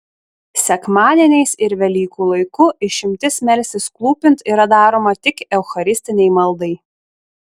sekmadieniais ir velykų laiku išimtis melstis klūpint yra daroma tik eucharistinei maldai